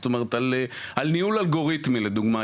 זאת אומרת על ניהול אלגוריתמי לדוגמא,